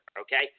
Okay